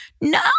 No